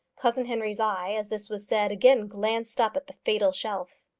cousin henry's eye, as this was said, again glanced up at the fatal shelf.